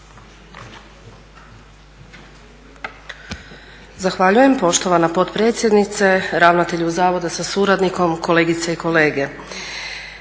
Zahvaljujem poštovana potpredsjednice. Ravnatelju zavoda sa suradnikom, kolegice i kolege.